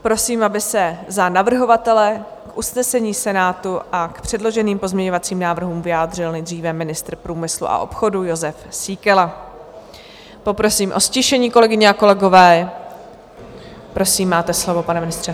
Prosím, aby se za navrhovatele usnesení Senátu a k předloženým pozměňovacím návrhům vyjádřil nejdříve ministr průmyslu a obchodu Jozef Síkela poprosím o ztišení, kolegyně a kolegové prosím, máte slovo, pane ministře.